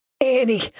Annie